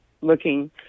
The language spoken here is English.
looking